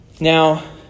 Now